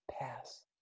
Pass